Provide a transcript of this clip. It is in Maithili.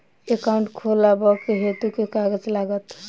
एकाउन्ट खोलाबक हेतु केँ कागज लागत?